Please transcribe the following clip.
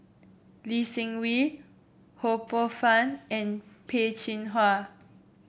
Lee Seng Wee Ho Poh Fun and Peh Chin Hua